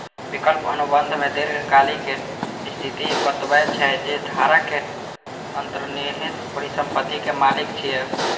विकल्प अनुबंध मे दीर्घकालिक स्थिति बतबै छै, जे धारक अंतर्निहित परिसंपत्ति के मालिक छियै